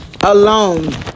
alone